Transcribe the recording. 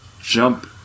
jump